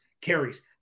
carries